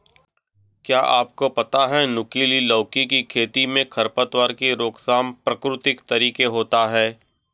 क्या आपको पता है नुकीली लौकी की खेती में खरपतवार की रोकथाम प्रकृतिक तरीके होता है?